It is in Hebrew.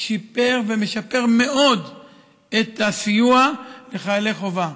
הצבא שיפר ומשפר מאוד את הסיוע לחיילי חובה.